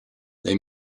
they